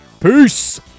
Peace